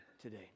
today